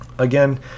Again